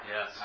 Yes